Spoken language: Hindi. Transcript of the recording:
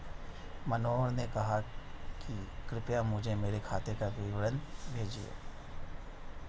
मनोहर ने कहा कि कृपया मुझें मेरे खाते का विवरण भेजिए